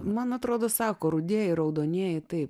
man atrodo sako rudieji raudonieji taip